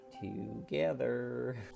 Together